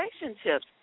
relationships